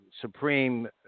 Supreme